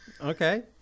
Okay